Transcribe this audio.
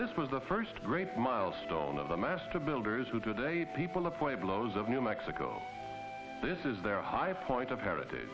this was the first great milestone of the master builders who today people appoint blows of new mexico this is their high point of heritage